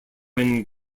when